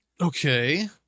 Okay